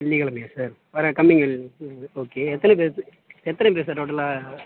வெள்ளிக்கிழமையா sir வர்ற coming okay எத்தனை பேர்த்து எத்தனை பேர் சார் டோட்டலாக